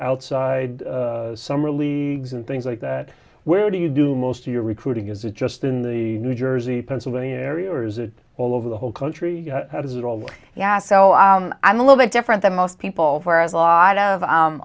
outside summer leaves and things like that where do you do most of your recruiting is it just in the new jersey pennsylvania area or is it all over the whole country yeah so i'm a little bit different than most people whereas a lot of